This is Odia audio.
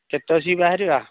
କେତେବେଳେ ସେଇ ବାହାରିବା